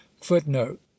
Footnote